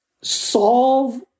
solve